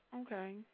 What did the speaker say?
Okay